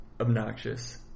obnoxious